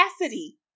capacity